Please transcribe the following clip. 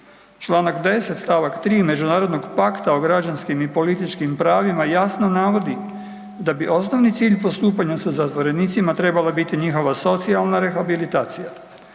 Članak 10. stavak 3. Međunarodnog pakta o građanskim i političkim pravima jasno navodi da bi osnovni cilj postupanja sa zatvorenicima trebala biti njihova socijalna rehabilitacija.